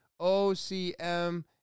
OCM